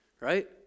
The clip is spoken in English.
right